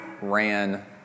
ran